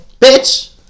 Bitch